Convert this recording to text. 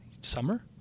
summer